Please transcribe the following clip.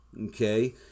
okay